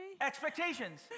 expectations